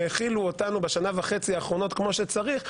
האכילו אותנו בשנה וחצי האחרונות כמו שצריך.